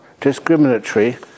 discriminatory